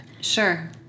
Sure